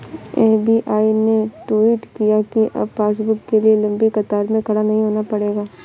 SBI ने tweet किया कि अब पासबुक के लिए लंबी कतार में खड़ा नहीं होना पड़ेगा